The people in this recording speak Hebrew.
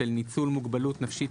של ניצול מוגבלות נפשית,